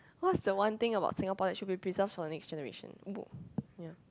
what's the one thing about Singapore that should preserved for the next generation book ya